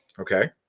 Okay